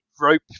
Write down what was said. rope